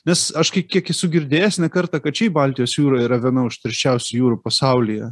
nes aš kiek kiek esu girdėjęs ne kartą kad šiaip baltijos jūra yra viena užterščiausių jūrų pasaulyje